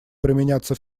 применяться